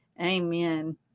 Amen